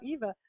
Eva